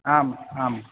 आम् आम्